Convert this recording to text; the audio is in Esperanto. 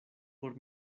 por